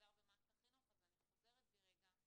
משודר במערכת החינוך, אז אני חוזרת בי רגע.